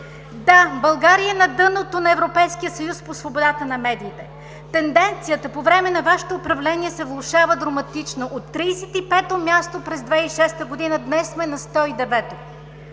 Да, България е на дъното на Европейския съюз по свободата на медиите! Тенденцията по времето на Вашето управление се влошава драматично – от 35-о място през 2006 г., сега сме на 109-о.